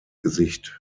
gesicht